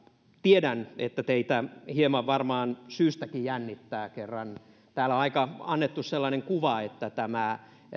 tiedän että teitä hieman varmaan syystäkin jännittää kun kerran täällä on annettu sellainen kuva että tämä